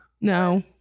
no